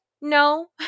No